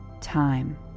time